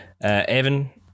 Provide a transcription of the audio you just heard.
Evan